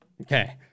Okay